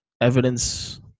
evidence